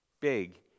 big